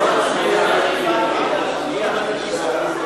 קודם כול אני יודע שאתה במתח לשמוע את התוצאות של ההצבעה,